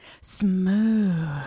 Smooth